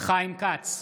חיים כץ,